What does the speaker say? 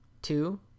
Two